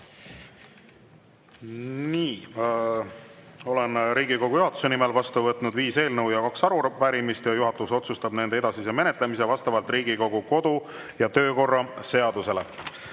Nii, olen Riigikogu juhatuse nimel vastu võtnud viis eelnõu ja kaks arupärimist. Juhatus otsustab nende edasise menetlemise vastavalt Riigikogu kodu- ja töökorra seadusele. Head